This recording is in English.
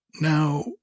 Now